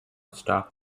stocked